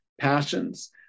passions